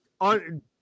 on